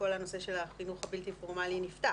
כל הנושא של החינוך הבלתי פורמלי נפתח,